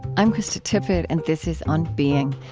i'm krista tippett, and this is on being.